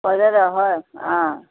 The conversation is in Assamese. পৰ্যটক হয় অঁ